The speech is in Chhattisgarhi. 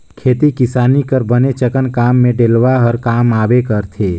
खेती किसानी कर बनेचकन काम मे डेलवा हर काम आबे करथे